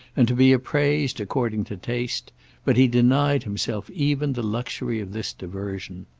and to be appraised according to taste but he denied himself even the luxury of this diversion.